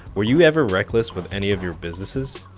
were you ever reckless with any of your businesses?